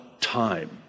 time